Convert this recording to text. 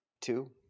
two